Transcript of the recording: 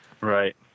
right